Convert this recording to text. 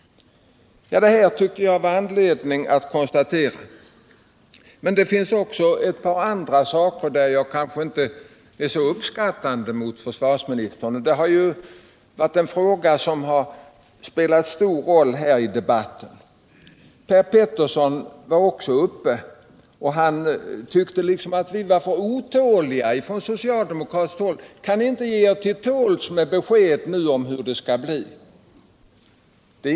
Men det finns också ett par andra saker som jag vill ta upp och där jag kanske inte är så uppskattande mot försvarsministern. En fråga som spelat stor roll i debatten här i dag är flygplansfrågan och samhällsekonomin. Per Petersson tyckte att vi socialdemokrater var för otåliga. Kan ni inte ge er till tåls med besked om hur det skall bl? menade han.